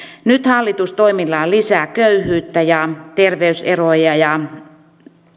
nyt hallitus toimillaan lisää köyhyyttä ja terveyseroja ja